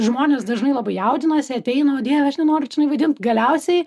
žmones dažnai labai jaudinasi ateina o dieve aš nenoriu čianai vaidint galiausiai